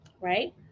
right